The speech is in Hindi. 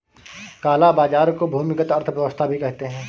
काला बाजार को भूमिगत अर्थव्यवस्था भी कहते हैं